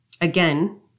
again